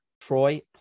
Troy